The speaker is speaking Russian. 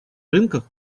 рынках